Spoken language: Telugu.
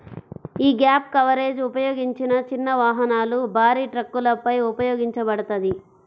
యీ గ్యాప్ కవరేజ్ ఉపయోగించిన చిన్న వాహనాలు, భారీ ట్రక్కులపై ఉపయోగించబడతది